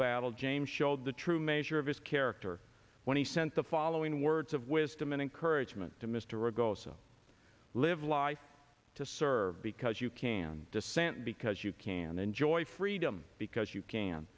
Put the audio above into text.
battle james showed the true measure of his character when he sent the following words of wisdom and encouragement to mr ago so live life to serve as you can dissent because you can enjoy freedom because you can